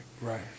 Right